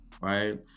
Right